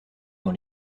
dans